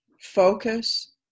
focus